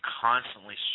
constantly